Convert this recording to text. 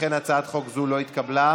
ולכן הצעת חוק זאת לא התקבלה.